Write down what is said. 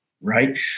right